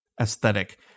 aesthetic